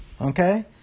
Okay